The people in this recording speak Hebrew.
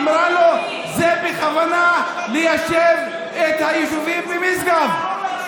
אמרה לו שזה בכוונה ליישב את היישובים במשגב.